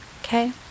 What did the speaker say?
Okay